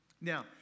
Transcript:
Now